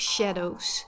Shadows